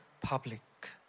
public